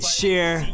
share